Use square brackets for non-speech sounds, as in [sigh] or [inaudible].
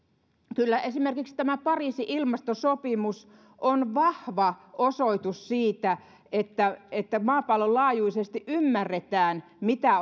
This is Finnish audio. kyllä esimerkiksi tämä pariisin ilmastosopimus on vahva osoitus siitä että että maapallon laajuisesti ymmärretään mitä [unintelligible]